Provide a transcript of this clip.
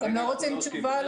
כרגע אנחנו לא עוסקים בזה.